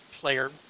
player